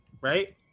Right